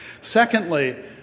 Secondly